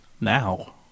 now